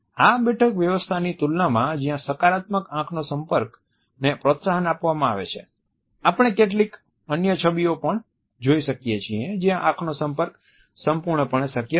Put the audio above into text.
આ બેઠક વ્યવસ્થાની તુલનામાં જ્યાં સકારાત્મક આંખનો સંપર્કને પ્રોત્સાહન આપવામાં આવે છે આપણે કેટલીક અન્ય છબીઓ પણ જોઈ શકીએ છીએ જ્યાં આંખનો સંપર્ક સંપૂર્ણપણે શક્ય નથી